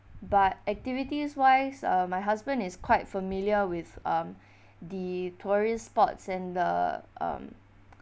but activities wise uh my husband is quite familiar with um the tourist spots and the um